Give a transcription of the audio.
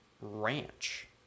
ranch